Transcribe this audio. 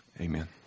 Amen